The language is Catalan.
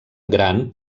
gran